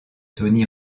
tony